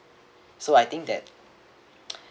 so I think that